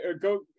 go